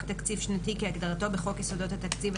תקציב שנתי כהגדרתו בחוק יסודות התקציב,